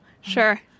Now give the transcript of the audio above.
Sure